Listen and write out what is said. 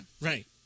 Right